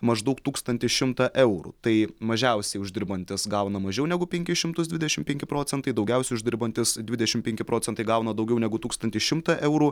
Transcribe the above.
maždaug tūkstantį šimtą eurų tai mažiausiai uždirbantys gauna mažiau negu penkis šimtus dvidešim penki procentai daugiausiai uždirbantys dvidešim penki procentai gauna daugiau negu tūkstantį šimtą eurų